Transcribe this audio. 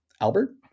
Albert